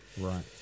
Right